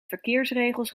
verkeersregels